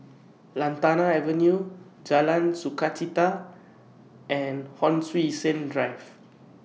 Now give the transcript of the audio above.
Lantana Avenue Jalan Sukachita and Hon Sui Sen Drive